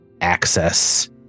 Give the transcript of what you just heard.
access